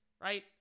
right